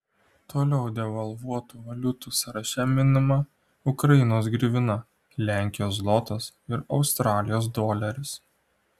toliau devalvuotų valiutų sąraše minima ukrainos grivina lenkijos zlotas ir australijos doleris